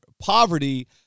poverty